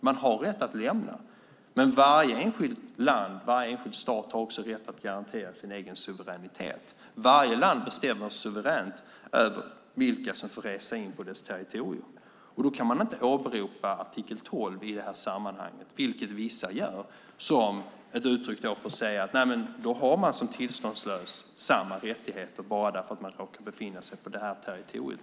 Man har rätt att lämna sitt land, men varje enskild stat har rätt att garantera sin egen suveränitet. Varje land bestämmer suveränt över vilka som får resa in på dess territorium. Då går det inte att åberopa artikel 12 i det här sammanhanget, vilket vissa gör, och säga att man som tillståndslös har samma rättigheter som alla andra bara därför att man råkar befinna sig på ett lands territorium.